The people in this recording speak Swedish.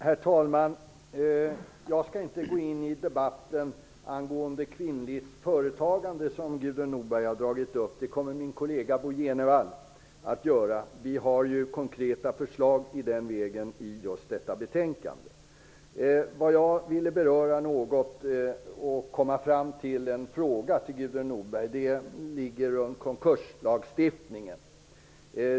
Herr talman! Jag skall inte gå in i den debatt om kvinnligt företagande som Gudrun Norberg har tagit upp. Det kommer min kollega Bo G Jenevall att göra. Vi har ju konkreta förslag om det i det här betänkandet. Jag vill säga något om konkurslagstiftningen och ställa en fråga till Gudrun Norberg.